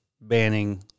banning